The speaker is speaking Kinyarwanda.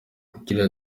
kiliziya